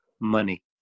money